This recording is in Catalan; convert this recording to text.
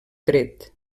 dret